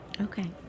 Okay